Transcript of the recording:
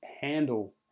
handle